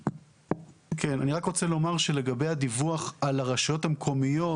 אני רק רוצה לומר שלגבי הדיווח על הרשויות המקומיות